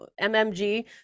MMG